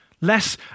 Less